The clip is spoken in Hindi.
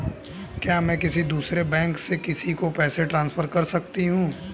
क्या मैं किसी दूसरे बैंक से किसी को पैसे ट्रांसफर कर सकती हूँ?